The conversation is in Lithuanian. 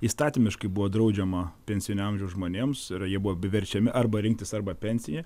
įstatymiškai buvo draudžiama pensinio amžiaus žmonėms yra jie buvo verčiami arba rinktis arba pensiją